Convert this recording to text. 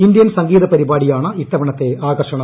Indian സംഗീത പരിപാടിയാണ് ഇത്തവണത്തെ ആകർഷണം